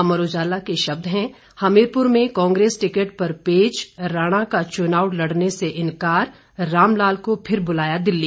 अमर उजाला के शब्द हैं हमीरपुर में कांग्रेस टिकट पर पेच राणा का चुनाव लड़ने से इंकार रामलाल को फिर बुलाया दिल्ली